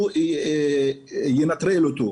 או עד שהוא ינטרל אותו.